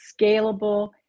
scalable